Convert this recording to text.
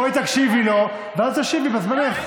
בואי תקשיבי לו ואז תשיבי בזמנך.